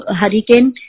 hurricane